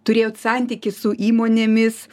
turėjot santykį su įmonėmis